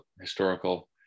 historical